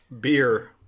Beer